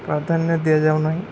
ପ୍ରାଧାନ୍ୟ ଦିଆଯାଉ ନାହିଁ